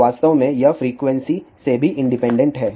वास्तव में यह फ्रीक्वेंसी से भी इंडिपेंडेंट है